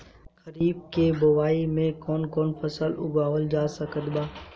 खरीब के बोआई मे कौन कौन फसल उगावाल जा सकत बा?